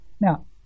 Now